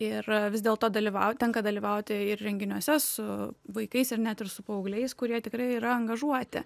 ir vis dėlto dalyvaut tenka dalyvauti ir renginiuose su vaikais ir net ir su paaugliais kurie tikrai yra angažuoti